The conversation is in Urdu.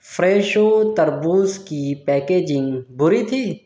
فریشو تربوز کی پیکیجنگ بری تھی